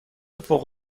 فوق